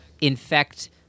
infect